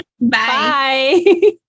Bye